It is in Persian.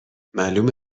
معلومه